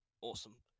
awesome